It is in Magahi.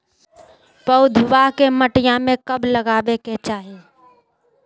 पौधवा के मटिया में कब लगाबे के चाही?